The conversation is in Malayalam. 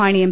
മാണി എം